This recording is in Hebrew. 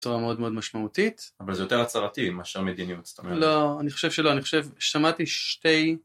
תורה מאוד מאוד משמעותית. אבל זה יותר הצהרתי מה שהמדיניות זאת אומרת. לא, אני חושב שלא, אני חושב שמעתי שתי...